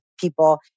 people